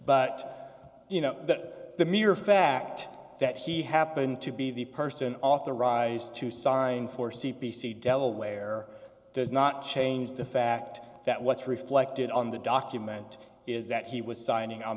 but you know that the mere fact that he happened to be the person authorized to sign for c p c delaware does not change the fact that what's reflected on the document is that he was signing on